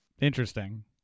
Interesting